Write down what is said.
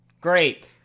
Great